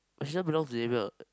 belongs to Xavier [what]